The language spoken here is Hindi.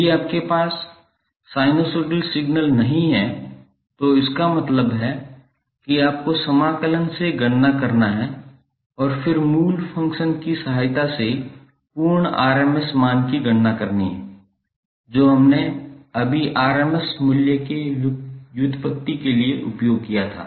यदि आपके पास साइनसोइडल सिग्नल नहीं है तो इसका मतलब है कि आपको समाकलन से गणना करना है और फिर मूल फ़ंक्शन की सहायता से पूर्ण rms मान की गणना करें जो हमने अभी rms मूल्य के व्युत्पत्ति के लिए उपयोग किया था